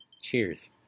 Cheers